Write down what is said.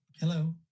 Hello